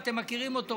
אתם מכירים אותו,